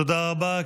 תודה רבה.